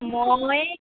মই